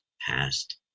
past